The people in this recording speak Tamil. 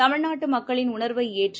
தமிழ்நாட்டுமக்களின் உணர்வைஏற்று